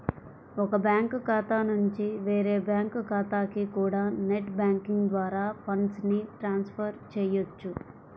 ఒక బ్యాంకు ఖాతా నుంచి వేరే బ్యాంకు ఖాతాకి కూడా నెట్ బ్యాంకింగ్ ద్వారా ఫండ్స్ ని ట్రాన్స్ ఫర్ చెయ్యొచ్చు